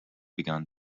began